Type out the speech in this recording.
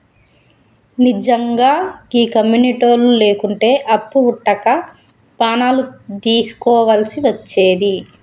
నిజ్జంగా గీ కమ్యునిటోళ్లు లేకుంటే అప్పు వుట్టక పానాలు దీస్కోవల్సి వచ్చేది